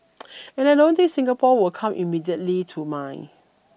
and I don't think Singapore will come immediately to mind